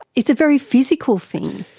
it's a very physical thing.